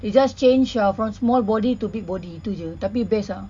it just change uh from small body to big body tu jer tapi best ah